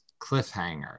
cliffhanger